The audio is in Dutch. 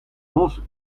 mos